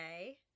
okay